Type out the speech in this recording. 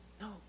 No